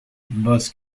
buzz